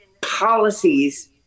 policies